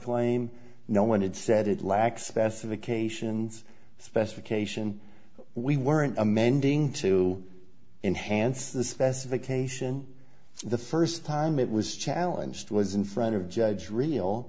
claim no one had said it lacks specifications specification we weren't amending to enhance the specification the first time it was challenged was in front of judge real